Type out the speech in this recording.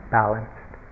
balanced